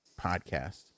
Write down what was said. Podcast